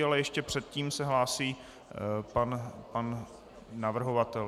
Ale ještě předtím se hlásí pan navrhovatel.